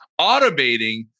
automating